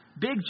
big